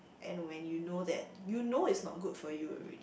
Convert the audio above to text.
and when you know that you know it's not good for you already